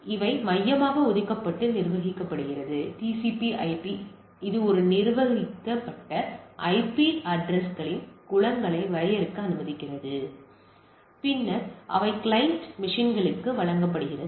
எனவே இது மையமாக ஒதுக்கப்பட்டு நிர்வகிக்கப்படுகிறது TCP IP ஒரு நிர்வாகி ஐபி அட்ரஸ்களின் குளங்களை வரையறுக்க அனுமதிக்கிறது பின்னர் அவை கிளையன்ட் மெஷின்களுக்கு ஒதுக்கப்படுகின்றன